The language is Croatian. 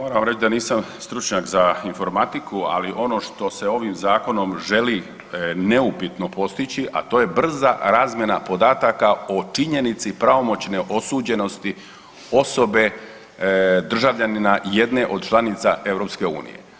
A moram vam reći da nisam stručnjak za informatiku, ali ono što se ovim zakonom želi neupitno postići, a to je brza razmjena podataka o činjenici pravomoćne osuđenosti osobe državljanina jedne od članica EU.